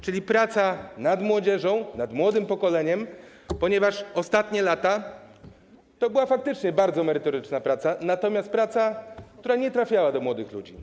Czyli to praca nad młodzieżą, nad młodym pokoleniem, ponieważ ostatnie lata to była faktycznie bardzo merytoryczna praca, natomiast praca, która nie trafiała do młodych ludzi.